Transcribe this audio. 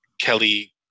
Kelly